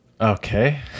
Okay